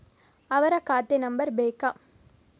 ಅವರ ಖಾತೆ ನಂಬರ್ ಬೇಕಾ?